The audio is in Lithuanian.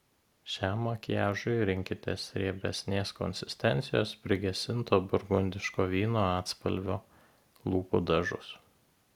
šiam makiažui rinkitės riebesnės konsistencijos prigesinto burgundiško vyno atspalvio lūpų dažus